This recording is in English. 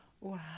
Wow